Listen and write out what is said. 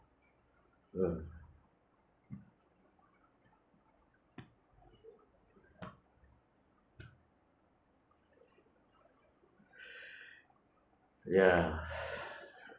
ah ya